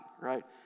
right